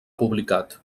publicat